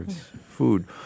food